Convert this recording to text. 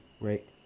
right